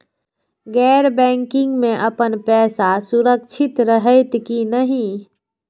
गैर बैकिंग में अपन पैसा सुरक्षित रहैत कि नहिं?